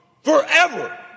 forever